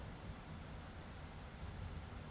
stock গুলা যেটতে ক্যইরে ব্যবছা ক্যরে বাজারে